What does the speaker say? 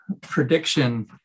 prediction